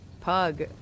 pug